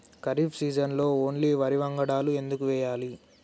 ఖరీఫ్ సీజన్లో ఓన్లీ వరి వంగడాలు ఎందుకు వేయాలి?